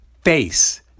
face